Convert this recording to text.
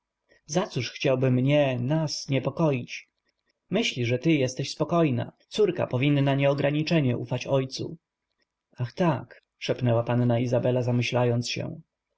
zacóż chciałby mnie nas niepokoić myśli że ty jesteś spokojna córka powinna nieograniczenie ufać ojcu ach tak szepnęła panna izabela zamyślając się